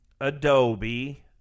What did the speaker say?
Adobe